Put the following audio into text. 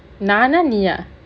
நானா நீயா:naana neeyaa